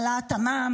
העלאת המע"מ,